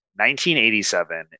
1987